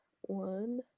one